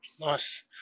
Nice